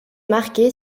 marquée